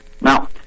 Now